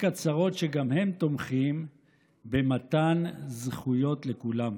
הצהרות שגם הם תומכים במתן זכויות לכולם,